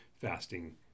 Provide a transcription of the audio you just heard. fasting